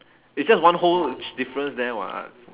it's just one whole ch~ difference there [what]